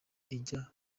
ijya